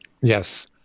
Yes